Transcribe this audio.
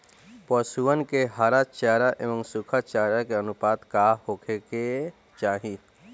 पशुअन के हरा चरा एंव सुखा चारा के अनुपात का होखे के चाही?